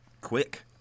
quick